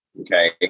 Okay